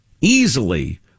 easily